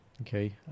okay